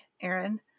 Aaron